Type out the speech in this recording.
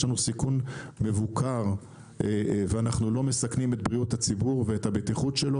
לנו סיכון מבוקר ואנחנו לא מסכנים את בריאות הציבור ואת הבטיחות שלו,